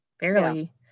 barely